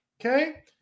okay